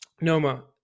Noma